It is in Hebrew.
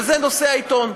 אז לא נקים עיתון.